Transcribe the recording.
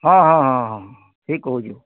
ହଁ ହଁ ହଁ ହଁ ଠିକ୍ କହୁଛୁ